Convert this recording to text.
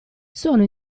sono